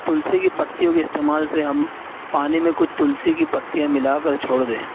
تلسی کی پتیوں کے استعمال سے ہم پانی میں کچھ تلسی کی پتیاں ملا کر چھوڑ دیں